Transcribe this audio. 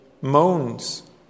moans